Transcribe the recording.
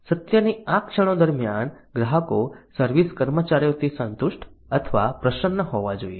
સત્યની આ ક્ષણો દરમિયાન ગ્રાહકો સર્વિસ કર્મચારીઓથી સંતુષ્ટ અથવા પ્રસન્ન હોવા જોઈએ